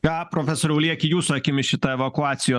ką profesoriau lieki jūsų akimis šita evakuacijos